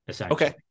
Okay